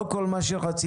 לא כל מה שרציתם,